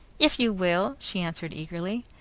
if you will! she answered eagerly.